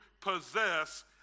possess